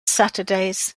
saturdays